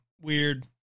weird